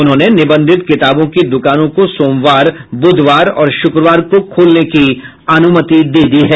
उन्होंने निबंधित किताबों की दुकानों को सोमवार बुधवार और शुक्रवार को खोलने की अनुमति दे दी है